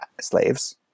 slaves